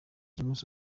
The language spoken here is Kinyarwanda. james